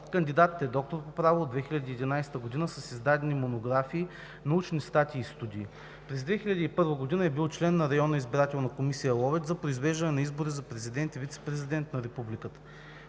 Кандидатът е доктор по право от 2011 г., с издадени монографии, научни статии и студии. През 2001 г. е бил член на Районна избирателна комисия – Ловеч, за произвеждане на избори за президент и вицепрезидент на републиката.